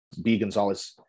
bgonzalez